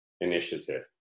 initiative